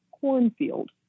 cornfield